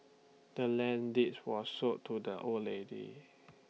the land deed was sold to the old lady